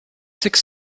six